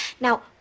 Now